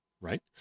right